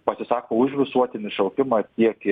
pasisako už visuotinį šaukimą tiek